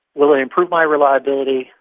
will it improve my reliability,